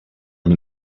and